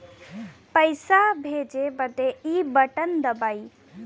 पइसा भेजे बदे ई बटन दबाई